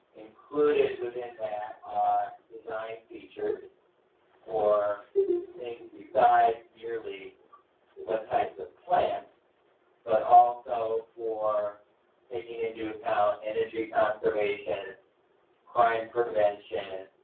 included within that are design features or things besides merely what types of plants but ah also for taking into account energy conservation, crime prevention,